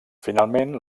finalment